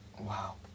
Wow